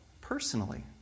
personally